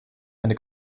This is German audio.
eine